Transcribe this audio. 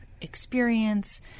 experience